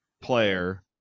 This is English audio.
player